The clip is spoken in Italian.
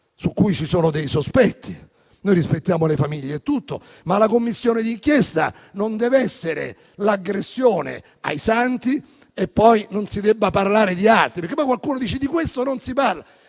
su cui ci sono dei sospetti. Noi rispettiamo le famiglie, ma la Commissione di inchiesta non deve essere luogo di aggressione ai Santi, dove poi però non si debba parlare di altri (perché poi qualcuno dice «di questo non si parla»).